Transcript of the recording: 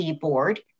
board